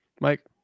Mike